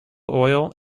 oil